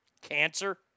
Cancer